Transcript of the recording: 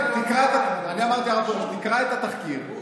תקרא את התחקיר,